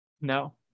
No